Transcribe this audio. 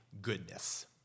goodness